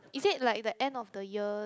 is it like the end of the year